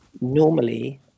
normally